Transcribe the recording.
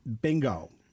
Bingo